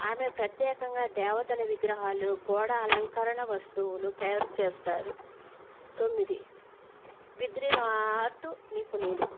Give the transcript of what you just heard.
ఆమె ప్రత్యేకంగా దేవతల విగ్రహాలు గోడ అలంకరణ వస్తువులు తయారు చేస్తారు తొమ్మిది బిద్రీ ఆర్ట్ నిపుణూలు